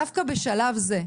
דווקא בשלב זה,